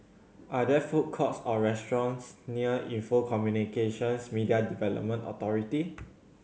are there food courts or restaurants near Info Communications Media Development Authority